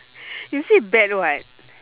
you say bad [what]